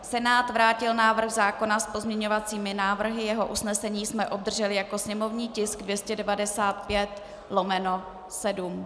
Senát vrátil návrh zákona s pozměňovacími návrhy, jeho usnesení jsme obdrželi jako sněmovní tisk 295/7.